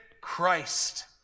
Christ